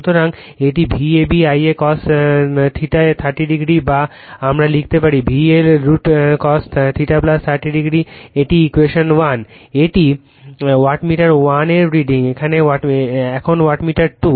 সুতরাং এটি V ab I a cos θ 30 o বা আমরা লিখতে পারি VL √ cosθ 30 o এটি ইকুয়েশন 1 এটি ওয়াটমিটার 1 এর রিডিং এখন ওয়াটমিটার 2